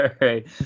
right